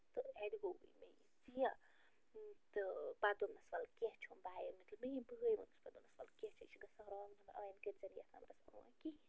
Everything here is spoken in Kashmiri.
تہٕ اَتہِ گوٚو مےٚ یہِ ژےٚ تہٕ پتہٕ دوٚپنس وَلہٕ کیٚنٛہہ چھُنہٕ بَے مطلب میٛٲنۍ بٲے ووٚنُس پتہٕ دوٚپنس کیٚنٛہہ چھُنہٕ یہِ چھُ گَژھان رانٛگ نمبر آیندٕ کٔرۍزِ نہِ یَتھ نمبرس فون کِہیٖنۍ